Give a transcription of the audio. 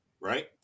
Right